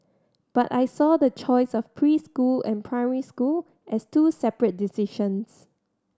but I saw the choice of preschool and primary school as two separate decisions